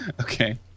Okay